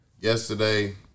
Yesterday